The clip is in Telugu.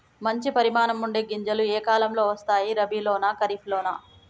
మంచి పరిమాణం ఉండే గింజలు ఏ కాలం లో వస్తాయి? రబీ లోనా? ఖరీఫ్ లోనా?